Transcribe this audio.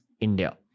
India